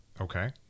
Okay